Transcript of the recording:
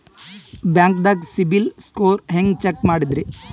ಬ್ಯಾಂಕ್ದಾಗ ಸಿಬಿಲ್ ಸ್ಕೋರ್ ಹೆಂಗ್ ಚೆಕ್ ಮಾಡದ್ರಿ?